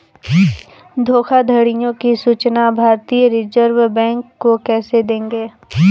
धोखाधड़ियों की सूचना भारतीय रिजर्व बैंक को कैसे देंगे?